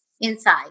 inside